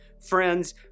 friends